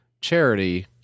charity